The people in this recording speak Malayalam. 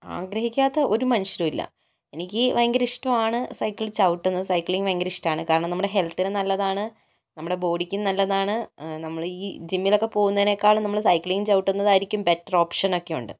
ആഗ്രഹിക്കാത്ത ഒരു മനുഷ്യരുമില്ല എനിക്ക് ഭയങ്കര ഇഷ്ടമാണ് സൈക്കിൾ ചവിട്ടുന്നത് സൈക്കിളിംഗ് ഭയങ്കര ഇഷ്ടമാണ് കാരണം നമ്മുടെ ഹെൽത്തിനും നല്ലതാണ് നമ്മുടെ ബോഡിക്കും നല്ലതാണ് നമ്മള് ഈ ജിമ്മിൽ ഒക്കെ പോകുന്നതിനേക്കാളും നമ്മള് സൈക്കിളിങ്ങ് ചവിട്ടുന്നത് ആയിരിക്കും ബെറ്റർ ഓപ്ഷൻ ഒക്കെ ഉണ്ട്